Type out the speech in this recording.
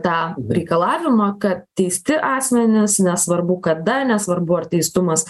tą reikalavimą kad teisti asmenys nesvarbu kada nesvarbu ar teistumas